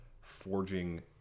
forging